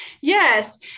yes